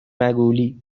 مگولی